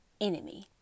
enemy